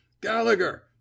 Gallagher